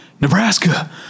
Nebraska